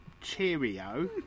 cheerio